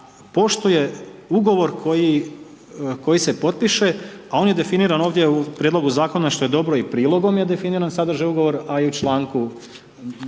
poštuje ugovor koji se potpiše a on je definiran ovdje u prijedlogu zakona što je dobro, i prilogom je definiran sadržaj ugovora a i u članku,